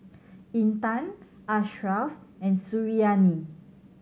Intan Ashraf and Suriani